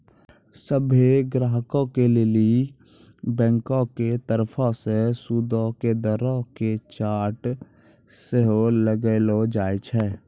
सभ्भे ग्राहको लेली बैंको के तरफो से सूदो के दरो के चार्ट सेहो लगैलो जाय छै